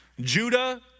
Judah